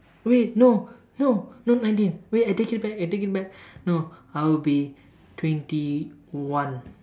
wait no no not nineteen wait I take it back I take it back no I will be twenty one